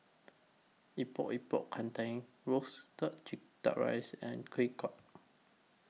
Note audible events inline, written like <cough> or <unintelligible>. Epok Epok Kentang Roasted Chee Duck Rice and Kueh <unintelligible>